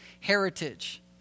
heritage